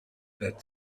that